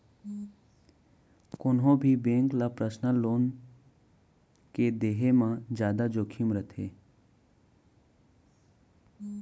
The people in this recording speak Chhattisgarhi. कोनो भी बेंक ल पर्सनल लोन के देहे म जादा जोखिम रथे